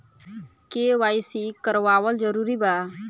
KYC करवावल जरूरी बा?